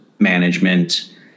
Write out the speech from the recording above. management